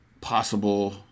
possible